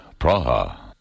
Praha